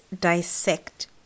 dissect